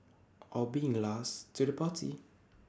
or being last to the party